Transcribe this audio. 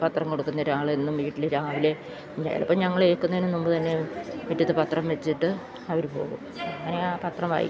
പത്രം കൊടുക്കുന്ന ഒരാളെന്നും വീട്ടില് രാവിലെ ചിലപ്പോള് ഞങ്ങള് എഴുന്നേല്ക്കുന്നതിന് മുമ്പ് തന്നെ മുറ്റത്ത് പത്രം വെച്ചിട്ട് അവര് പോകും അങ്ങനെയാണ് പത്രം വായിക്കുന്നത്